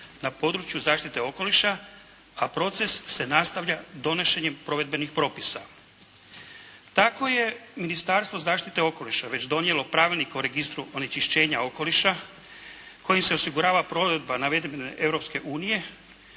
na području zaštite okoliša a proces se nastavlja donošenjem provedbenih propisa. Tako je Ministarstvo zaštite okoliša već donijelo Pravilnik o registru onečišćenja okoliša kojim se osigurava provedba … /Govornik